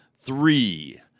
three